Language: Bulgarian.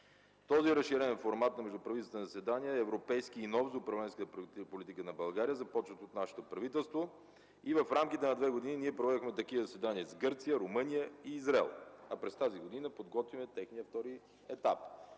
Този разширен формат на междуправителствени заседания е европейски и нов за управленската политика на България. Започва от нашето правителство. В рамките на две години ние проведохме такива заседания с Гърция, Румъния и Израел. През тази година подготвяме техния втори етап.